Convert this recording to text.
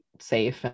safe